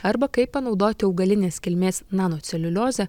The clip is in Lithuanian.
arba kaip panaudoti augalinės kilmės nanoceliuliozę